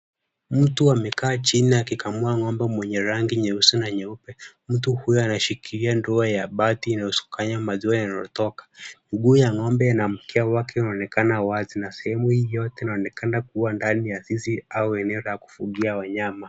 Mtu amekaa chini akikamua ng'ombe mwenye rangi nyeusi na nyeupe. Mtu huyo anashikilia ndoo ya bati inayokusanya maziwa inayotoka. Mguu ya ng'ombe na mkia wake inaonekana wazi na sehemu hii yote inaonekana kuwa ndani ya zizi au eneo la kufugia wanyama.